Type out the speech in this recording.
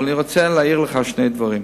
אבל אני רוצה להעיר לך שני דברים: